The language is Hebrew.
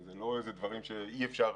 אלה לא דברים שאי-אפשר